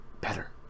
better